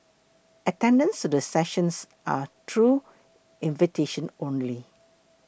attendance to the sessions are through invitation only